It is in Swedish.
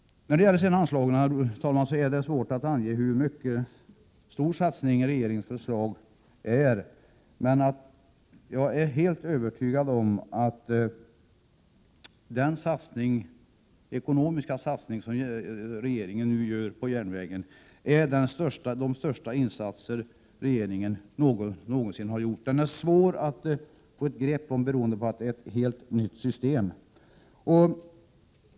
När det sedan gäller anslagen är det svårt att ange hur stor satsningen i regeringens förslag är, men jag är helt övertygad om att den ekonomiska I satsning som regeringen nu gör på järnvägen innebär den största satsning som regeringen någonsin har gjort. Den är svår att få ett grepp om, beroende på att det är ett helt nytt system.